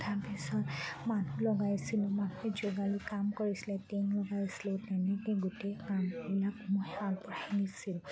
তাৰপিছত মানুহ লগাইছিলোঁ মানুহে জোগালি কাম কৰিছিলে টিং লগাইছিলোঁ তেনেকৈ গোটেই কামবিলাক মই সাৰ পৰা আনিছিলোঁ